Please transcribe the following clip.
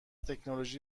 تکنولوژی